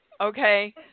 Okay